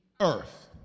earth